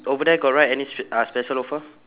over there got write any s~ uh special offer